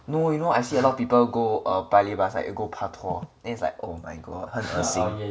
no you know I see a lot of people go err paya lebar side they go 帕托 then it's like oh my god 很恶心